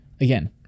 again